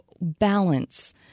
balance